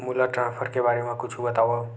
मोला ट्रान्सफर के बारे मा कुछु बतावव?